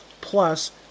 plus